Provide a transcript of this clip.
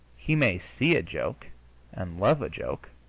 he may see a joke and love a joke,